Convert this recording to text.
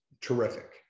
terrific